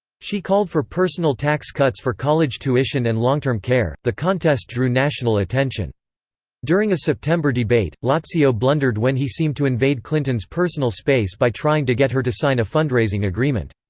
she called for personal tax cuts for college tuition and long-term care the contest drew national attention during a september debate, lazio blundered when he seemed to invade clinton's personal space by trying to get her to sign a fundraising agreement.